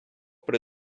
при